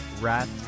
Rat